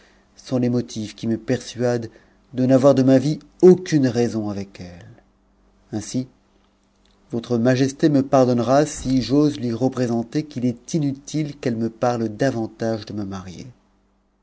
sont les motifs qui me persuadent de n'avoir de ma vie aucune ou avec elles ainsi votre majesté me pardonnera si j'ose lui reprépntcr qu'il est inutile qu'elle me parle davantage de me marier